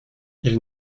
ils